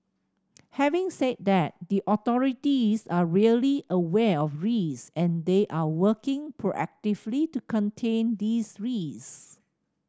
having said that the authorities are really aware of risk and they are working proactively to contain these risk